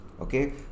Okay